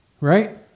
Right